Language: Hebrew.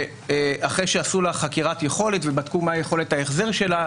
ואחרי שעשו לה חקירת יכולת ובדקו מה יכולת ההחזר שלה,